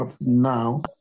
now